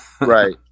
Right